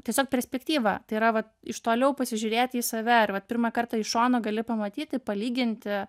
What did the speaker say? tiesiog perspektyva tai yra vat iš toliau pasižiūrėti į save ir vat pirmą kartą iš šono gali pamatyti palyginti